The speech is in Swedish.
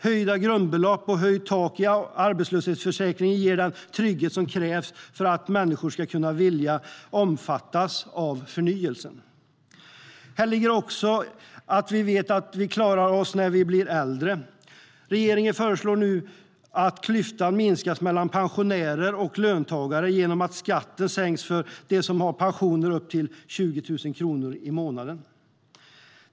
Höjda grundbelopp och höjt tak i arbetslöshetsförsäkringen ger den trygghet som krävs för att människor ska kunna och vilja omfattas av förnyelsen. Här ligger också att vi vet att vi klarar oss när vi blir äldre. Regeringen föreslår nu att klyftan minskas mellan pensionärer och löntagare genom att skatten sänks för dem som har pensioner upp till 20 000 kronor i månaden.